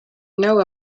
know